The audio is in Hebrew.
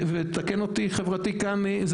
ותתקן אותי חברתי כאן,